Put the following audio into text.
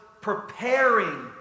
preparing